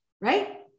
Right